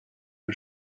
and